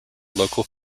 local